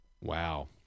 Wow